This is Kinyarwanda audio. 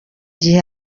gihe